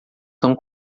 são